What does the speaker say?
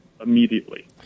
immediately